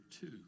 two